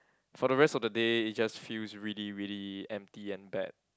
for the rest of the day it just feels really really empty and bad